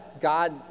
God